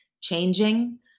changing